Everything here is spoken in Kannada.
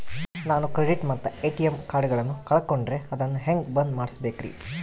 ನಾನು ಕ್ರೆಡಿಟ್ ಮತ್ತ ಎ.ಟಿ.ಎಂ ಕಾರ್ಡಗಳನ್ನು ಕಳಕೊಂಡರೆ ಅದನ್ನು ಹೆಂಗೆ ಬಂದ್ ಮಾಡಿಸಬೇಕ್ರಿ?